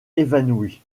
évanoui